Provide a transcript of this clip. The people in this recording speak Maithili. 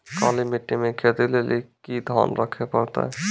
काली मिट्टी मे खेती लेली की ध्यान रखे परतै?